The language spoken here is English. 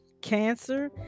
cancer